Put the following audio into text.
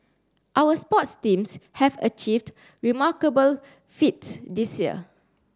our sports teams have achieved remarkable feats this year